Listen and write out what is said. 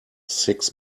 six